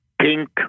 pink